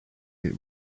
they